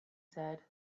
said